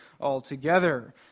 altogether